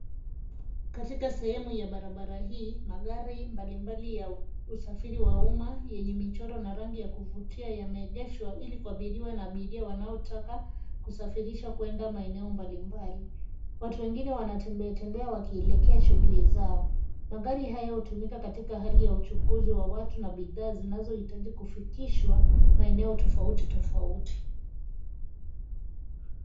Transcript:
Katika sehemu ya barabara hii magari mbalimbali ya usafiri wa umma yenye michoro na rangi ya kuvutia yameegeshwa ili kuabiriwa na abiria wanaotaka kusafirisha kwenda maeneo mbali mbali, watu wengine wanatembea tembea wakielekea shughuli zao magari haya ya hutumika katika hali ya uchukuzi wa watu na bidhaa zinazohitaji kufikishwa maeneo tofauti tofauti.